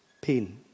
pain